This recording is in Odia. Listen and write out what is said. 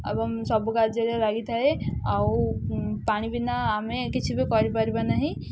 ଏବଂ ସବୁ କାର୍ଯ୍ୟରେ ଲାଗିଥାଏ ଆଉ ପାଣି ପିନା ଆମେ କିଛି ବି କରିପାରିବା ନାହିଁ